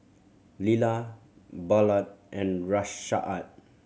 Lila Ballard and Rashaad